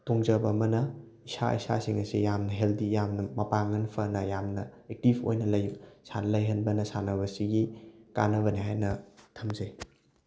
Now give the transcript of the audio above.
ꯇꯣꯡꯖꯕ ꯑꯃꯅ ꯏꯁꯥ ꯏꯁꯥꯁꯤꯡ ꯑꯁꯤ ꯌꯥꯝꯅ ꯍꯦꯜꯗꯤ ꯌꯥꯝꯅ ꯃꯄꯥꯡꯒꯜ ꯐꯅ ꯌꯥꯝꯅ ꯑꯦꯛꯇꯤꯐ ꯑꯣꯏꯅ ꯂꯩ ꯂꯩꯍꯟꯕꯅ ꯁꯥꯟꯅꯕ ꯑꯁꯤꯒꯤ ꯀꯥꯟꯅꯕꯅꯤ ꯍꯥꯏꯅ ꯊꯝꯖꯩ